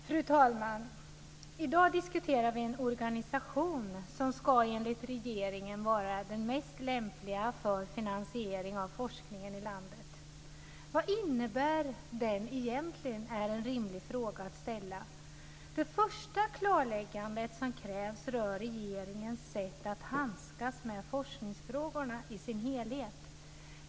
Fru talman! I dag diskuterar vi en organisation som enligt regeringen ska vara den mest lämpliga för finansieringen av forskningen i landet. En rimlig fråga att ställa är: Vad innebär den egentligen? Det första klarläggandet som krävs rör regeringens sätt att handskas med forskningsfrågorna i sin helhet.